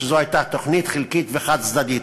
שזו הייתה תוכנית חלקית וחד-צדדית,